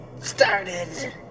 started